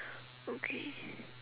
okay